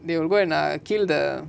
they will go and kill the